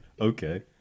Okay